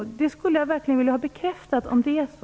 Jag skulle verkligen vilja få bekräftat om det är så.